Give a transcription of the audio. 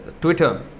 Twitter